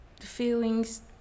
feelings